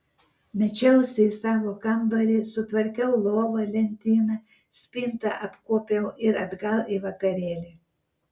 mečiausi į savo kambarį sutvarkiau lovą lentyną spintą apkuopiau ir atgal į vakarėlį